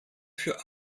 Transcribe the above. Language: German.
für